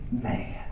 man